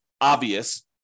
obvious